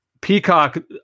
Peacock